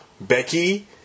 Becky